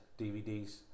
DVDs